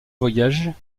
voyages